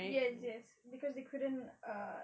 yes yes cause they couldn't